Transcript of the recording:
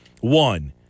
One